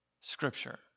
Scripture